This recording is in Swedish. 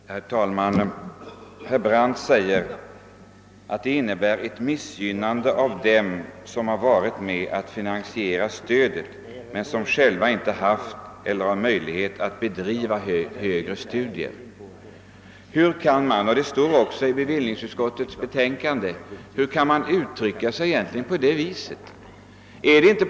Herr talman! Herr Brandt sade att reservanternas förslag skulle innebära ett missgynnande av dem som varit med om att finansiera stödet men själva inte har haft möjligheter att bedriva högre studier. Detsamma står att läsa i bevillningsutskottets betänkande. Men hur kan man ha en sådan uppfattning?